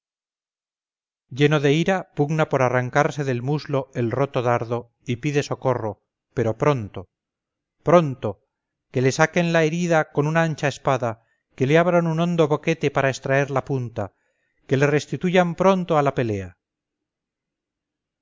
lleno de ira pugna por arrancarse del muslo el roto dardo y pide socorro pero pronto pronto que le sajen la herida con una ancha espada que le abran un hondo boquete para extraer la punta que le restituyan pronto a la pelea